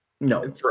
No